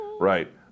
Right